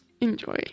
Enjoy